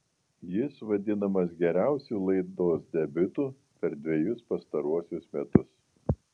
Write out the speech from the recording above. jis vadinamas geriausiu laidos debiutu per dvejus pastaruosius metus